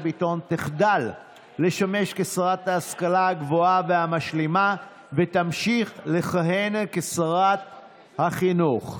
ביטון תחדל לשמש כשרת ההשכלה הגבוהה והמשלימה ותמשיך לכהן כשרת החינוך,